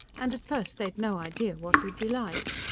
and at first they'd no idea what we'd be like.